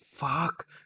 Fuck